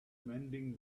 mending